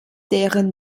deren